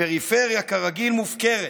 הפריפריה, כרגיל, מופקרת.